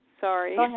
Sorry